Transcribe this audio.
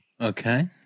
Okay